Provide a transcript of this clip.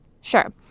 Sure